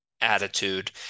attitude